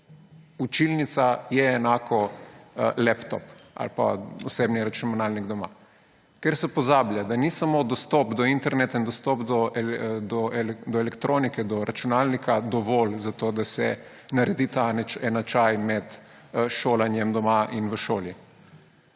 učilnica = laptop ali osebni računalnik doma. Ker se pozablja, da ni samo dostop do interneta in dostop do elektronike, do računalnika dovolj za to, da se naredi ta enačaj med šolanjem doma in v šoli.